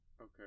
Okay